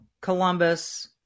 Columbus